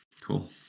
Cool